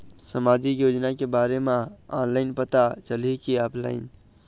सामाजिक योजना के बारे मा ऑनलाइन पता चलही की ऑफलाइन?